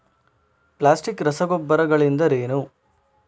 Plastic ರಸಗೊಬ್ಬರಗಳೆಂದರೇನು?